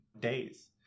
days